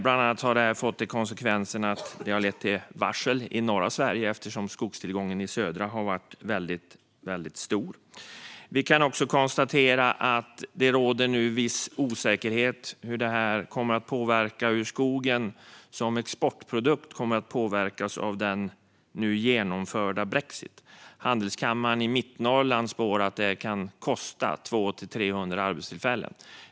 En konsekvens av detta är bland annat varsel i norra Sverige eftersom skogstillgången i södra delen av landet har varit väldigt stor. Vi kan också konstatera att det nu råder viss osäkerhet kring hur skogen som exportprodukt kommer att påverkas av den nu genomförda brexit. Handelskammaren i Mittnorrland spår att det kan kosta 200-300 arbetstillfällen.